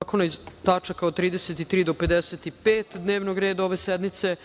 zakona iz tačaka od 33. do 55. dnevnog reda ove sednice,